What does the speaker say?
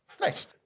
Nice